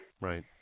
Right